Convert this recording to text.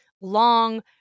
long